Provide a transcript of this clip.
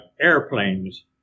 airplanes